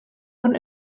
von